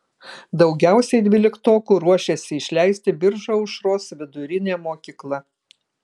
daugiausiai dvyliktokų ruošiasi išleisti biržų aušros vidurinė mokykla